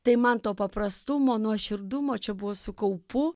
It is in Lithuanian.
tai man to paprastumo nuoširdumo čia buvo su kaupu